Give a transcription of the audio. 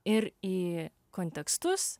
ir į kontekstus